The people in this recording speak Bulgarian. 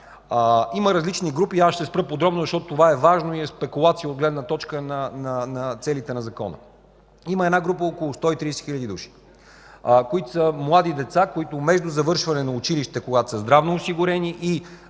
Има различни групи, ще се спра подробно, защото това е важно и е спекулация от гледна точка на целите на закона. Има една група от около 130 хиляди души, които са млади деца, които между завършване на училище, когато са здравноосигурени и